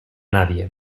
nadie